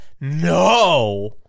No